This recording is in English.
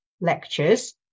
lectures